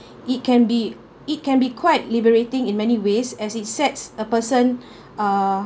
it can be it can be quite liberating in many ways as it sets a person uh